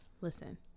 Listen